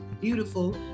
beautiful